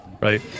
right